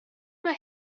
mae